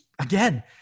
again –